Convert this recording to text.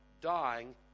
dying